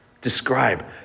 describe